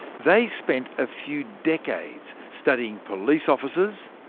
they spent a few decades studying police officers,